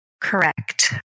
Correct